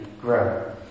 grow